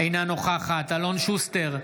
אינה נוכחת אלון שוסטר,